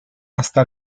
hasta